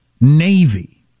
navy